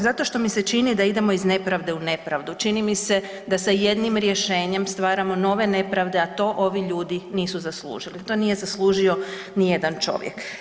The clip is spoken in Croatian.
Zato što mi se čini da idemo iz nepravde u nepravdu, čini mi se da sa jednim rješenjem stvaramo nove nepravde, a to ovi ljudi nisu zaslužili, to nije zaslužio nijedan čovjek.